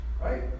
Right